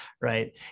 right